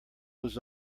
was